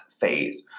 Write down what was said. phase